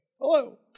hello